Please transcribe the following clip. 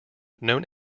known